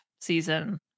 season